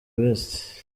best